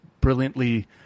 brilliantly